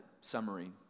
summary